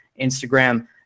Instagram